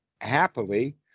happily